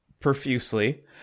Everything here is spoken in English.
profusely